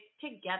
Together